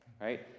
right